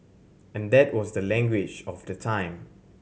and that was the language of the time